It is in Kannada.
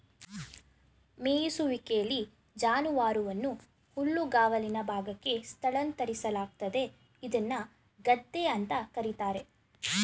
ಮೆಯಿಸುವಿಕೆಲಿ ಜಾನುವಾರುವನ್ನು ಹುಲ್ಲುಗಾವಲಿನ ಭಾಗಕ್ಕೆ ಸ್ಥಳಾಂತರಿಸಲಾಗ್ತದೆ ಇದ್ನ ಗದ್ದೆ ಅಂತ ಕರೀತಾರೆ